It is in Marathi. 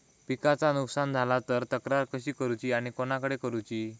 पिकाचा नुकसान झाला तर तक्रार कशी करूची आणि कोणाकडे करुची?